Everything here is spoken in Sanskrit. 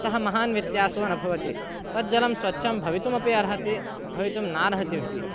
सः महान् व्यत्यासो न भवति तज्जलं स्वच्छं भवितुमपि अर्हति भवितुं नार्हति अपि